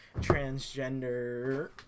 transgender